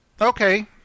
okay